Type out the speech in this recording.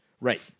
Right